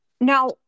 Now